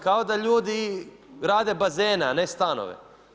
Kao da ljudi rade bazene, a ne stanove.